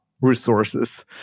resources